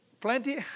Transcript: plenty